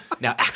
Now